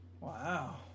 Wow